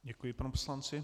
Děkuji panu poslanci.